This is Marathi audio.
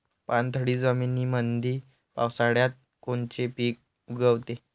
पाणथळ जमीनीमंदी पावसाळ्यात कोनचे पिक उगवते?